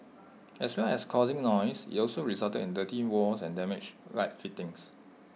as well as causing noise IT also resulted in dirty walls and damaged light fittings